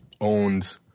owned